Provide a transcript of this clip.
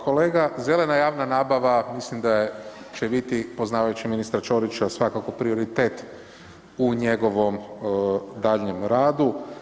Kolega, zelena javna nabava mislim da je, da će biti poznavajući ministra Ćorića svakako prioritet u njegovom daljnjem radu.